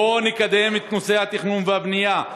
בוא נקדם את נושא התכנון והבנייה.